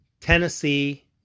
Tennessee